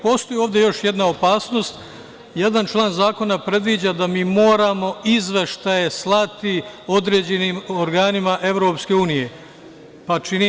Postoji ovde još jedna opasnost, jedan član zakona predviđa da mi moramo izveštaje slati određenim organima Evropske unije.